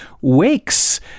wakes